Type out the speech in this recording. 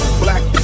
black